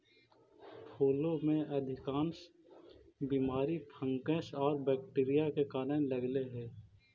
फूलों में अधिकांश बीमारी फंगस और बैक्टीरिया के कारण लगअ हई